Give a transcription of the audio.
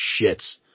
shits